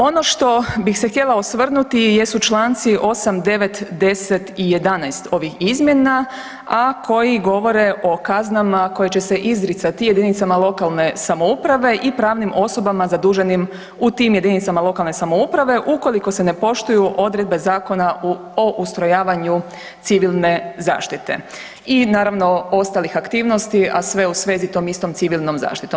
Ono što bih se htjela osvrnuti jesu članci 8., 9., 10. i 11. ovih izmjena, a koji govore o kaznama koje će se izricati jedinicama lokalne samouprave i pravnim osobama zaduženim u tim jedinicama lokalne samouprave ukoliko se ne poštuju odredbe Zakona o ustrojavanju civilne zaštite i naravno ostalih aktivnosti, a sve u svezi tom istom civilnom zaštitom.